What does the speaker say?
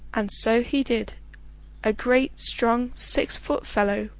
and so he did a great strong six-foot fellow,